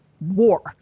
war